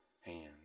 hands